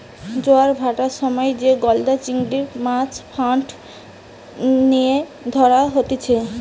জোয়ার ভাঁটার সময় যে গলদা চিংড়ির, মাছ ফাঁদ লিয়ে ধরা হতিছে